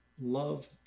Love